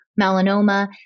melanoma